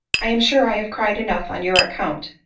i am sure i have cried enough on your account,